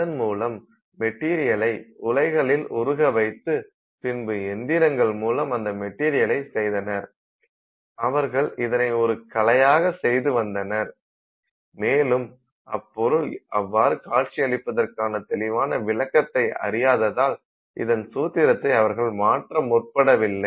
அதன் மூலப் மெட்டீரியலை உலைகளில் உருக வைத்து பின்பு எந்திரங்கள் மூலம் அந்த மெட்டீரியலை செய்தனர் அவர்கள் இதனை ஒரு கலையாக செய்து வந்தனர் மேலும் அப்பொருள் அவ்வாறு காட்சி அளிப்பதற்கான தெளிவான விளக்கத்தை அறியாததால் இதன் சூத்திரத்தை அவர்கள் மாற்ற முற்படவில்லை